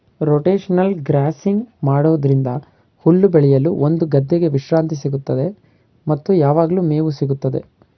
rotational grazing ಮಾಡೋದ್ರಿಂದ ಹುಲ್ಲು ಬೆಳೆಯಲು ಒಂದು ಗದ್ದೆಗೆ ವಿಶ್ರಾಂತಿ ಸಿಗುತ್ತದೆ ಮತ್ತು ಯಾವಗ್ಲು ಮೇವು ಸಿಗುತ್ತದೆ